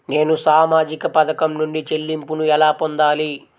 నేను సామాజిక పథకం నుండి చెల్లింపును ఎలా పొందాలి?